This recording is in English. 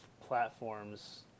platforms